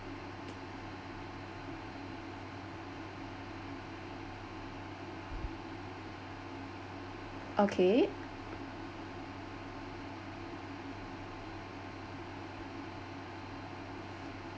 okay